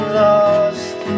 lost